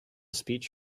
speech